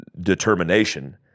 determination